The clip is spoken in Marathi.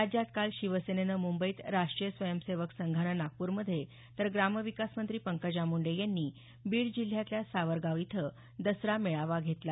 राज्यात काल शिवसेनेनं मुंबईत राष्ट्रीय स्वयंसेवक संघानं नागपूरमध्ये तर ग्रामविकास मंत्री पंकजा मुंडे यांनी बीड जिल्ह्यातल्या सावरगाव इथं दसरा मेळावा घेतला